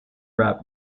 rap